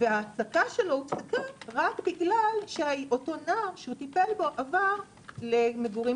וההעסקה הופסקה רק בגלל שאותו הנער שהוא טיפל בו עבר למגורים